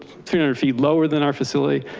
three hundred feet lower than our facility.